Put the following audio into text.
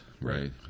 right